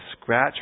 scratch